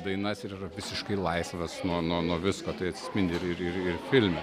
dainas ir yra visiškai laisvas nuo nuo nuo visko tai atspindi ir ir ir ir filme